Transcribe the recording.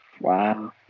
Wow